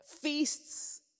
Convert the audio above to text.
feasts